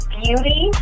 beauty